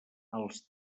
els